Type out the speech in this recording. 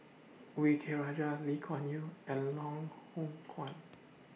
V K Rajah Lee Kuan Yew and Loh Hoong Kwan